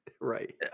right